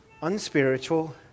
unspiritual